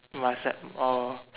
WhatsApp or